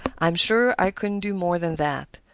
i'm sure i couldn't do more than that.